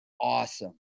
awesome